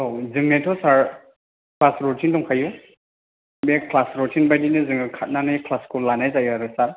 औ जोंनियाथ' sir class routine दंखायो बे ख्लास रुथिन बायदिनो जोङो खारनानै ख्लासखौ लानाय जायो आरो सार